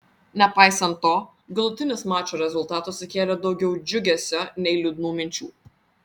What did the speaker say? nepaisant to galutinis mačo rezultatas sukėlė daugiau džiugesio nei liūdnų minčių